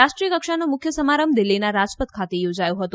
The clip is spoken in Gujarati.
રાષ્ટ્રીય કક્ષાનો મુખ્ય સમારંભ દિલ્હીના રાજપથ ખાતે યોજાયો હતો